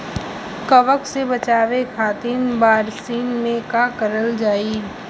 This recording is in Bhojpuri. कवक से बचावे खातिन बरसीन मे का करल जाई?